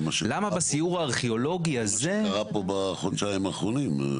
זה מה שקרה פה בחודשיים האחרונים.